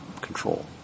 control